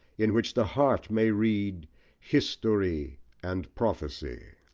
in which the heart may read history and prophecy.